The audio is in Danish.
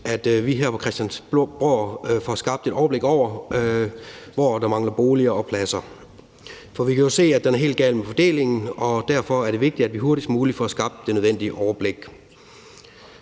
at vi her på Christiansborg får skabt et overblik over, hvor der mangler boliger og pladser. For vi kan jo se, at den er helt gal med fordelingen, og derfor er det vigtigt, at vi hurtigst muligt får skabt det nødvendige overblik.